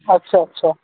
अच्छा अच्छा